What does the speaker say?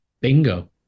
Bingo